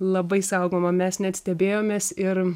labai saugoma mes net stebėjomės ir